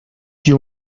dio